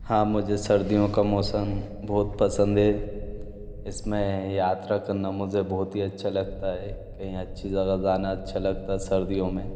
हाँ मुझे सर्दियों का मौसम बहुत पसंद है इसमें यात्रा करना मुझे बहुत ही अच्छा लगता है कहीं अच्छी जगह जाना अच्छा लगता सर्दियों में